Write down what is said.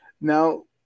Now